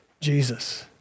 Jesus